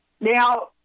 Now